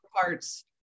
parts